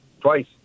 twice